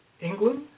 England